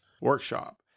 workshop